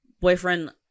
Boyfriend